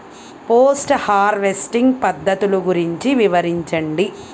Post harvesting పద్ధతులు గురించి వివరించండి?